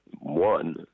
one